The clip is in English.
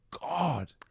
God